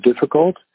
difficult